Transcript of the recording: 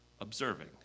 observing